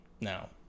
No